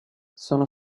sono